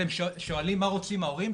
אתם שואלים מה רוצים ההורים,